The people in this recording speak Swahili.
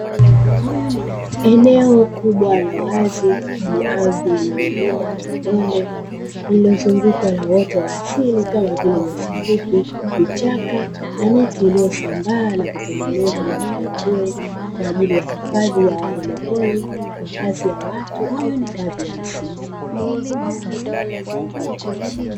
Eneo kubwa la wazi lenye ardhi yenye milima na mabonde lililozungukwa na uoto wa asili kama vile; nyasi fupi, vichaka na miti iliyosambaa na kutengeneza mandhari nzuri kwa ajili ya hifadhi ya wanyama pori, makazi ya watu au hifadhi ya msitu.